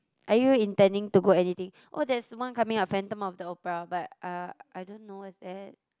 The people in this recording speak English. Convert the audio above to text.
are you intending to go anything oh there's one coming up Phantom-of-the-Opera but uh I don't know what's that